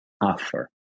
offer